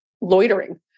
loitering